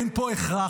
אין פה הכרח.